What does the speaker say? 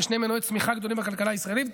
אלה שני מנועי צמיחה גדולים בכלכלה הישראלית,